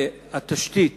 התשתית